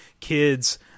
kids